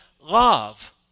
love